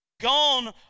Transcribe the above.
Gone